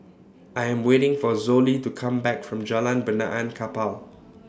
I Am waiting For Zollie to Come Back from Jalan Benaan Kapal